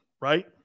right